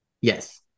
Yes